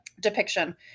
Depiction